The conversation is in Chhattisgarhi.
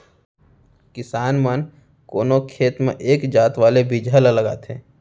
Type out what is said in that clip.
किसान मन कोनो खेत म एक जात वाले बिजहा ल लगाथें